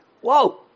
Whoa